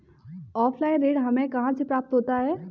Offline ऋण हमें कहां से प्राप्त होता है?